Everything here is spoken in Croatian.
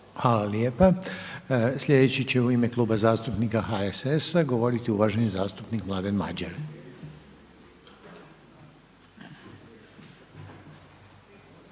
Hvala. Sljedeći će u ime Kluba zastupnika HDZ-a govoriti uvažena zastupnica Dragica